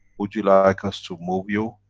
would you like us to move you,